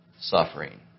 suffering